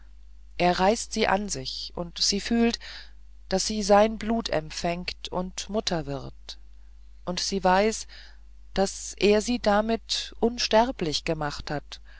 er reißt sie an sich und sie fühlt daß sie sein blut empfängt und mutter sein wird und sie weiß daß er sie damit unsterblich gemacht hat